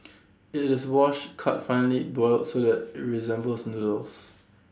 IT this washed cut finely boiled so that IT resembles noodles